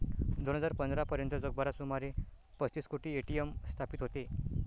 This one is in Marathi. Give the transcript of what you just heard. दोन हजार पंधरा पर्यंत जगभरात सुमारे पस्तीस कोटी ए.टी.एम स्थापित होते